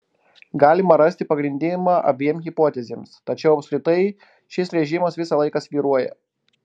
galima rasti pagrindimą abiem hipotezėms tačiau apskritai šis režimas visą laiką svyruoja